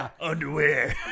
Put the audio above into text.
underwear